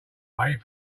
wave